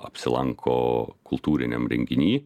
apsilanko kultūriniam renginy